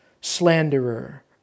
slanderer